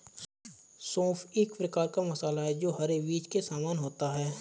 सौंफ एक प्रकार का मसाला है जो हरे बीज के समान होता है